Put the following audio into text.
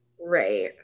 Right